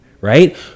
right